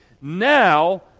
Now